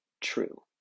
true